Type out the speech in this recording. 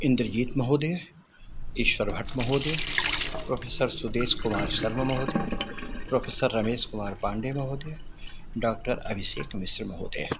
इन्द्रजित् महोदय ईश्वरभट्टमहोदय प्रोफ़ेसर् सुदेशकुमारशर्ममहोदय प्रोफ़ेसर् रमेशकुमारपाण्डे महोदय डाक्टर् अभिषेकमिश्रमहोदय